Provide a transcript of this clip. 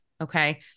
okay